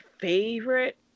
favorite